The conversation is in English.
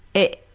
it,